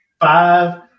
five –